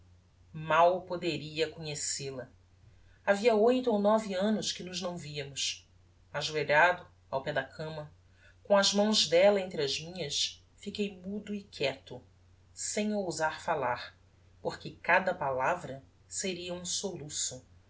mal poderia conhecel a havia oito ou nove annos que nos não viamos ajoelhado ao pé da cama com as mãos della entre as minhas fiquei mudo e quieto sem ousar fallar porque cada palavra seria um soluço